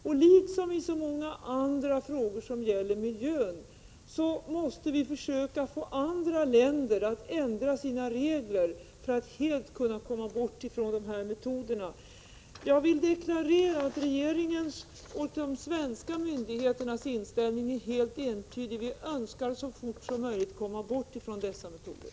Här liksom i så många andra frågor som gäller miljön måste vi försöka få andra länder att ändra sina regler för att helt kunna komma bort från metoden. Jag vill deklarera att regeringens och de svenska myndigheternas inställning är helt entydig: Vi önskar så fort som möjligt komma bort från dessa metoder.